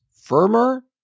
firmer